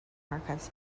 archives